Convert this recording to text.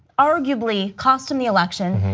arguably cost him the election,